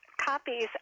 copies